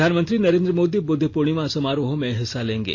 प्रधानमंत्री नरेन्द्र मोदी बुद्ध पूर्णिमा समारोहों में हिस्सा लेंगे